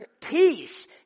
Peace